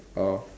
orh